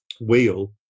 wheel